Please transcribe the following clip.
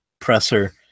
presser